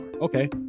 Okay